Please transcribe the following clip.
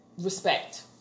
Respect